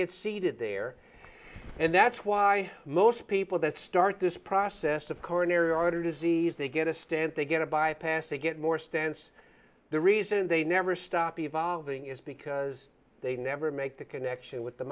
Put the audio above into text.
get seated there and that's why most people that start this process of coronary artery disease they get a stent they get a bypass they get more stance the reason they never stop evolving is because they never make the connection with the